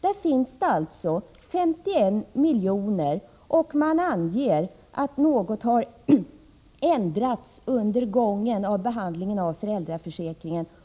Något har alltså ändrats under behandlingen,